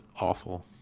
awful